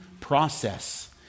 process